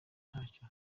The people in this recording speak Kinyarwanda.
ntacyo